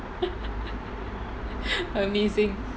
amazing